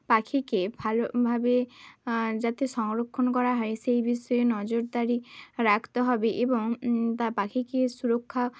পাখিকে ভালোভাবে যাতে সংরক্ষণ করা হয় সেই বিষয়ে নজরদারি রাখতে হবে এবং বা পাখিকে সুরক্ষা